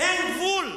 אין גבול,